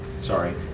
sorry